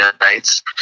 nights